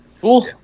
Cool